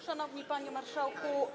Szanowny Panie Marszałku!